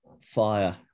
fire